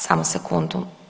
Samo sekundu.